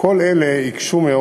התשל"ה 1975,